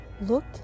Look